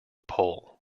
pole